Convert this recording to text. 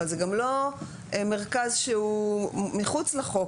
אבל זה גם לא מרכז שהוא מחוץ לחוק,